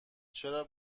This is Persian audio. چرا